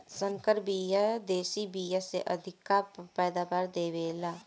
संकर बिया देशी बिया से अधिका पैदावार दे वेला